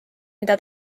mida